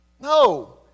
No